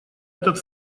этот